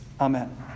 Amen